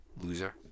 loser